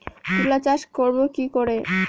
তুলা চাষ করব কি করে?